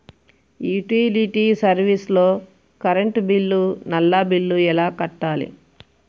Utility service లో current bill, నల్లా bill ఎలా కట్టాలి?